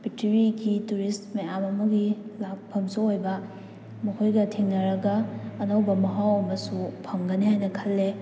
ꯄ꯭ꯔꯤꯊꯤꯕꯤꯒꯤ ꯇꯨꯔꯤꯁ ꯃꯌꯥꯝ ꯑꯃꯒꯤ ꯂꯥꯛꯐꯝꯁꯨ ꯑꯣꯏꯕ ꯃꯈꯣꯏꯒ ꯊꯦꯡꯅꯔꯒ ꯑꯅꯧꯕ ꯃꯍꯥꯎ ꯑꯃꯁꯨ ꯐꯪꯒꯅꯤ ꯍꯥꯏꯅ ꯈꯜꯂꯦ